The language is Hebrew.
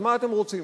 אז מה אתם רוצים,